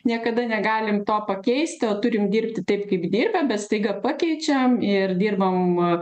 niekada negalim to pakeisti o turim dirbti taip kaip dirbę bet staiga pakeičiam ir dirbam a